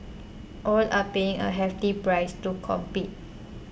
all are paying a hefty price to compete